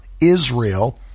Israel